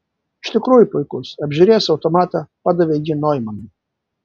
iš tikrųjų puikus apžiūrėjęs automatą padavė jį noimanui